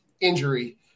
injury